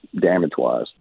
damage-wise